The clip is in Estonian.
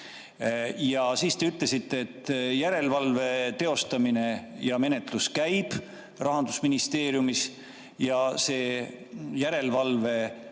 kahju. Te ütlesite, et järelevalve teostamine ja menetlus käib Rahandusministeeriumis, järelevalve